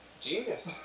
Genius